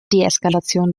deeskalation